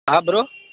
bro